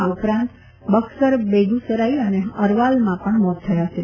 આ ઉપરાંત બકસર બેગુસરાઈ અને અરવાલમાં પણ મોત થયા છે